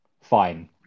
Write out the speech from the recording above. fine